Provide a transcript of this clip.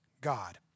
God